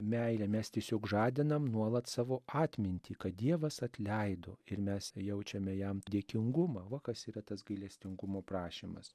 meile mes tiesiog žadinam nuolat savo atmintį kad dievas atleido ir mes jaučiame jam dėkingumą va kas yra tas gailestingumo prašymas